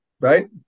right